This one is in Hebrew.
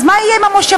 אז מה יהיה עם המושבים?